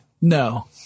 No